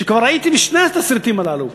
שכבר הייתי בשני התסריטים הללו,